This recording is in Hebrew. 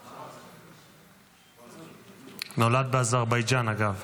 אגב, הוא נולד באזרבייג'ן.